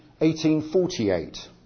1848